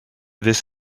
this